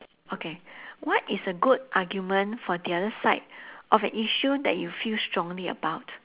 okay what is a good argument for the other side of an issue that you feel strongly about